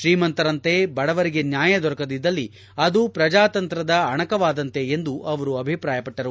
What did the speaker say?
ಶ್ರೀಮಂತರಂತೆ ಬಡವರಿಗೆ ನ್ಯಾಯ ದೊರಕದಿದ್ದಲ್ಲಿ ಅದು ಪ್ರಜಾತಂತ್ರದ ಅಣಕವಾದಂತೆ ಎಂದು ಅವರು ಅಭಿಪ್ರಾಯಪಟ್ಟರು